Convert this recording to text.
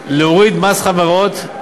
זה הורדת מסים.